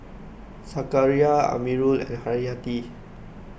Zakaria Amirul and Haryati